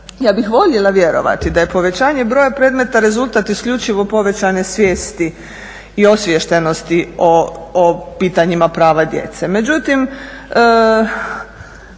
Ja bih voljela vjerovati da je povećanje broja predmeta rezultat isključivo povećane svijesti i osviještenosti o pitanjima prava djece.